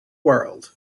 world